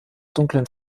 dunklen